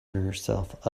herself